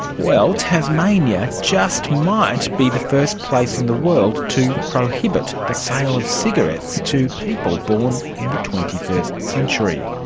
well, tasmania just might be the first place in the world to prohibit the sale of cigarettes to people born in the twenty first century.